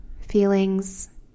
feelings